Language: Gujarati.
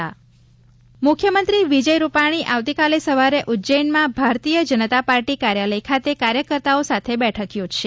સીએમ ઉજેન મુખ્યમંત્રી વિજય રૂપાજી આવતીકાલે સવારે ઉજ્જૈનમાં ભારતીય જનતા પાર્ટી કાર્યાલય ખાતે કાર્યકર્તાઓ સાથે બેઠક યોજશે